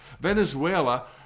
Venezuela